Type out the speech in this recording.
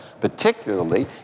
particularly